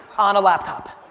on a laptop.